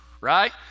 right